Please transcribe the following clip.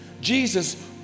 Jesus